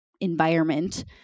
environment